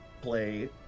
play